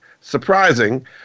surprising